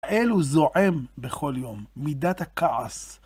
האל הוא זועם בכל יום, מידת הכעס.